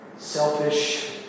Selfish